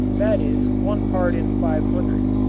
that is one part in five hundred.